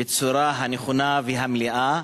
בצורה הנכונה והמלאה.